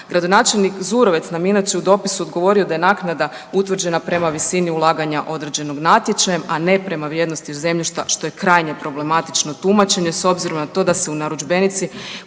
Gradonačelnik Zurovec nam je inače, u dopisu odgovorio da je naknada utvrđena prema visini ulaganja određenog natjčečajem, a ne prema vrijednosti zemljišta, što je krajnje problematično tumačenje, s obzirom na to da se u narudžbenici